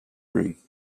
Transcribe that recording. ring